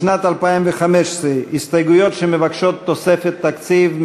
לשנת 2015. הסתייגויות שמבקשות תוספת תקציב,